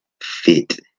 fit